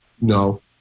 No